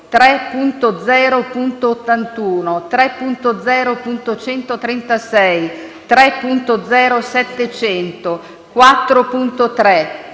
3.0.81, 3.0.136, 3.0.700, 4.3,